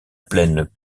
plaine